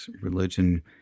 religion